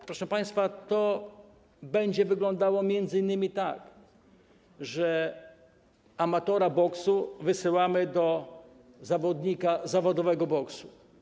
Proszę państwa, to będzie wyglądało mniej więcej tak, że amatora boksu wysyłamy do zawodnika zawodowego boksu.